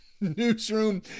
newsroom